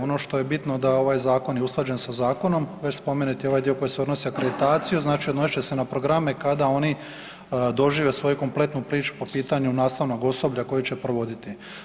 Ono što je bitno da ovaj zakon je usklađen sa zakonom, već spomenuti ovaj dio koji se odnosi na akreditaciju, znači odnosit će se na programe kada oni dožive svoju kompletnu priču po pitanju nastavnog osoblja koje će provoditi.